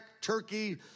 Turkey